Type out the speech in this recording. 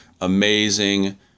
amazing